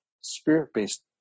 spirit-based